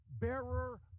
bearer